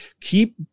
Keep